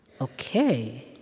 Okay